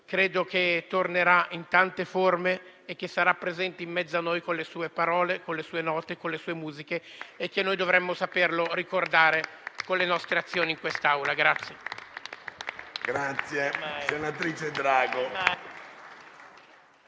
così e tornerà in tante forme e sarà presente in mezzo a noi con le sue parole, con le sue note, con le sue musiche e noi dovremmo saperlo ricordare con le nostre azioni in quest'Aula.